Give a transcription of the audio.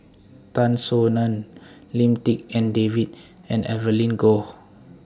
Tan Soo NAN Lim Tik En David and Evelyn Goh